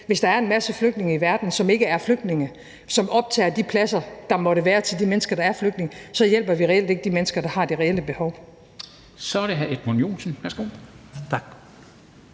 hvis der er en masse flygtninge i verden, som ikke er flygtninge, som optager de pladser, der måtte være til de mennesker, der er flygtninge, hjælper vi reelt ikke de mennesker, der har det reelle behov. Kl. 13:39 Formanden